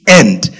end